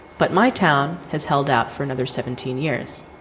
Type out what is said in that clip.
but my town has held out for another seventeen years.